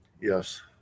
Yes